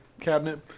cabinet